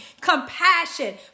Compassion